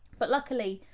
but luckily,